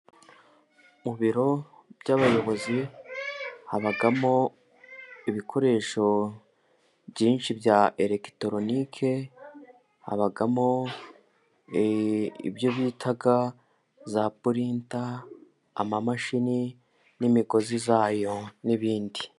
Mu biro by'abayobozi habamo ibikoresho byinshi bya elegitoronike, habamo ibyo bita za purinta, amamashini n'imigozi zayo n'ibindi.